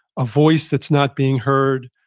a voice that's not being heard,